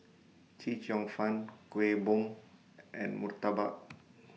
Chee Cheong Fun Kuih Bom and Murtabak